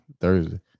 Thursday